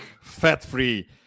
fat-free